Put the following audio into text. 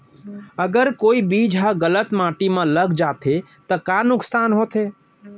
अगर कोई बीज ह गलत माटी म लग जाथे त का नुकसान होथे?